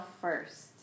first